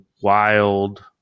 wild